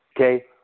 Okay